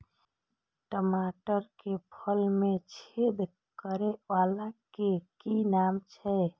टमाटर के फल में छेद करै वाला के कि नाम छै?